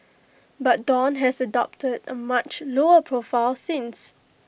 but dawn has adopted A much lower profile since